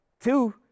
Two